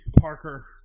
Parker